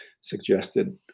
suggested